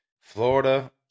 Florida